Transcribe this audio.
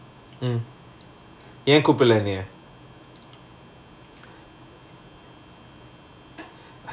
mm ஏன் கூப்டல எனைய:yaen koopdala enaiya